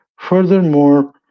furthermore